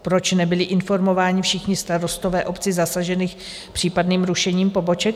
Proč nebyli informováni všichni starostové obcí zasažených případným rušením poboček?